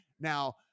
Now